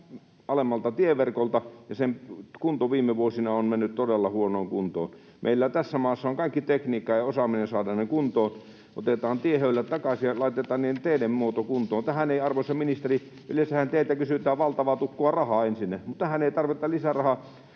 alemmalta tieverkolta, ja sen kunto viime vuosina on mennyt todella huonoon kuntoon. Meillä on tässä maassa kaikki tekniikka ja osaaminen saada ne kuntoon, otetaan tiehöylä takaisin ja laitetaan niiden teiden muoto kuntoon. Arvoisa ministeri, yleensähän teiltä kysytään valtavaa tukkua rahaa ensinnä, mutta tähän ei tarvita lisää rahaa.